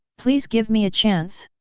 please give me a chance?